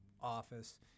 office